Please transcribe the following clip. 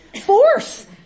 force